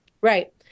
Right